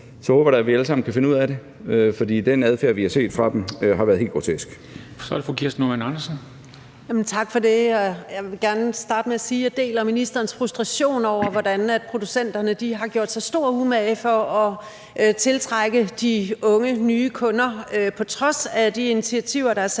jeg håber da, at vi alle sammen kan finde ud af det; for den adfærd, vi har set fra deres side, har været helt grotesk. Kl. 21:06 Formanden (Henrik Dam Kristensen): Så er det fru Kirsten Normann Andersen. Kl. 21:06 Kirsten Normann Andersen (SF): Tak for det. Jeg vil gerne starte med at sige, at jeg deler ministerens frustration over, hvordan producenterne har gjort sig stor umage for at tiltrække de unge nye kunder på trods af de initiativer, der er sat